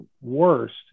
worst